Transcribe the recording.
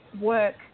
work